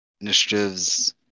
Initiatives